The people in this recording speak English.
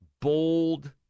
bold